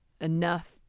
enough